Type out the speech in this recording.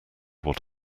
what